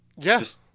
Yes